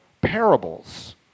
parables